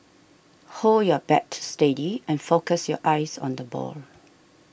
hold your bat steady and focus your eyes on the ball